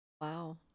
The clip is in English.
Wow